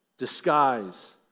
disguise